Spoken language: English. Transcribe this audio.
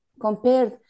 compared